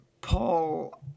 Paul